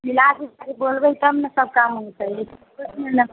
मिलाके बोलबे तब ने सब काम होयतै